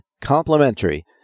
complimentary